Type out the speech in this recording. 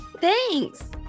Thanks